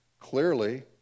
clearly